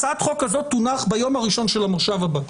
הצעת החוק הזה תונח ביום הראשון של המושב הבא.